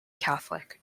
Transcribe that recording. catholic